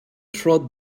trod